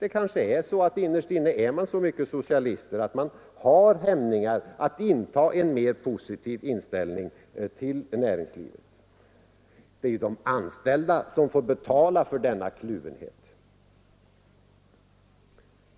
Det är kanske så att man innerst inne är så mycket socialist att man har hämningar när det gäller en mer positiv inställning till näringslivet. Det är de anställda som får betala för denna kluvenhet.